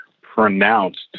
pronounced